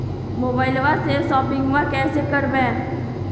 मोबाइलबा से शोपिंग्बा कैसे करबै?